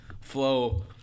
flow